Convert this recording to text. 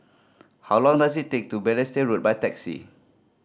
how long does it take to Balestier Road by taxi